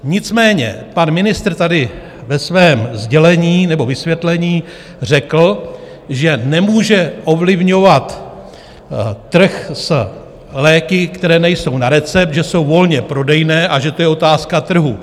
Nicméně pan ministr tady ve svém sdělení nebo vysvětlení řekl, že nemůže ovlivňovat trh s léky, které nejsou na recept, že jsou volně prodejné a že to je otázka trhu.